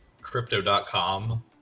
Crypto.com